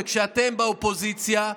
וכשאתם באופוזיציה,